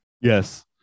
Yes